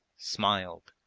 smiled,